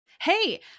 Hey